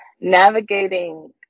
navigating